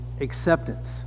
acceptance